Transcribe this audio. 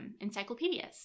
encyclopedias